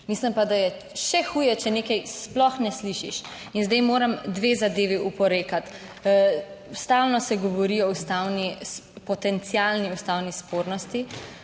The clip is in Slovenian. mislim pa, da je še huje, če nekaj sploh ne slišiš. In zdaj moram dve zadevi oporekati. Stalno se govori o ustavni, potencialni ustavni spornosti